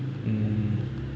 mmhmm